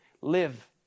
live